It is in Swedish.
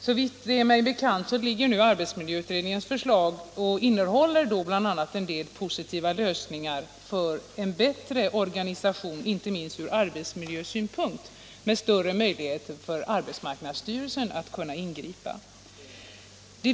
Såvitt det är mig bekant föreligger nu arbetsmiljöutredningens förslag, och det innehåller bl.a. en del positiva lösningar i riktning mot en bättre organisation, inte minst ur arbetsmiljösynpunkt, med större möjligheter för arbetsmarknadsstyrelsen att ingripa.